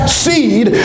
seed